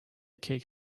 cake